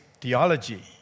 theology